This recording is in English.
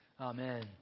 Amen